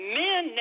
men